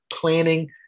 planning